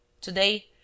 Today